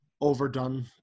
overdone